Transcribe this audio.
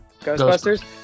Ghostbusters